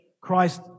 Christ